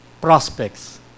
prospects